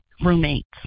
roommates